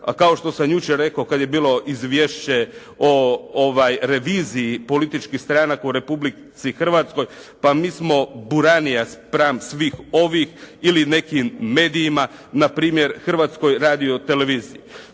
kao što sam jučer rekao kada je bilo izvješće o reviziji političkih stranaka u Republici Hrvatskoj, pa mi smo …/Govornik se ne razumije./… spram svih ovih ili nekim medijima. Npr. Hrvatskoj radio televiziji.